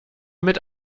mit